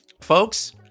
folks